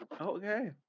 Okay